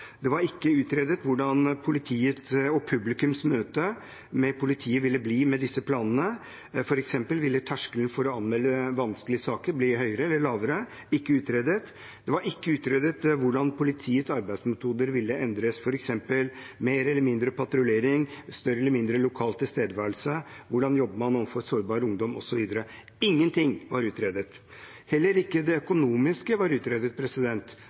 det var ikke utredet hvordan publikums møte med politiet ville bli med disse planene. Ville f.eks. terskelen for å anmelde vanskelige saker bli høyere eller lavere? Det var ikke utredet. Det var heller ikke utredet hvordan politiets arbeidsmetoder ville endres, f.eks. om det ville bli mer eller mindre patruljering og større eller mindre lokal tilstedeværelse, og hvordan man skulle jobbe overfor sårbar ungdom, osv. Ingenting var utredet. Heller ikke det økonomiske var utredet.